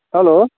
hello